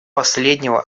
последнего